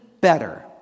better